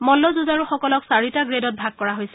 মল্লযুজাৰুসকলক চাৰিটা গ্ৰেড় ভাগ কৰা হৈছে